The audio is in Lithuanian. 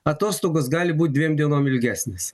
atostogos gali būt dviem dienom ilgesnės